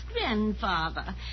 grandfather